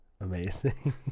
amazing